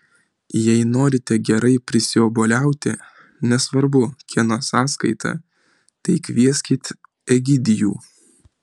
jei norite gerai prisiobuoliauti nesvarbu kieno sąskaita tai kvieskit egidijų